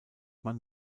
man